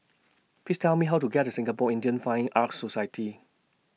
Please Tell Me How to get to Singapore Indian Fine Arts Society